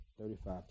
thirty-five